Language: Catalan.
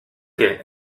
que